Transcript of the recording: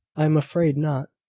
i am afraid not.